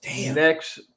next